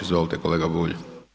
Izvolite kolega Bulj.